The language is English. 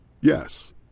Yes